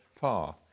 far